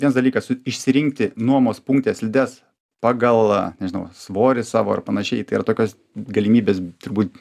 viens dalykas išsirinkti nuomos punkte slides pagal nežinau svorį savo ar panašiai tai yra tokios galimybės turbūt